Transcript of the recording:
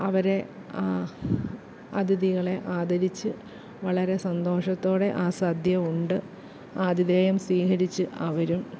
അവരെ അതിഥികളെ ആദരിച്ച് വളരെ സന്തോഷത്തോടെ ആ സദ്യ ഉണ്ട് ആധിഥേയം സ്വീകരിച്ച് അവരും